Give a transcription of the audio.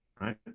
right